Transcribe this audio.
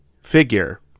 figure